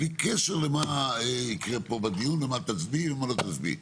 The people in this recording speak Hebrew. בלי קשר למה יקרה פה בדיון ומה תצביעי ומה לא תצביעי,